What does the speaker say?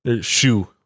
Shoe